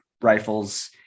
rifles